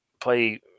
play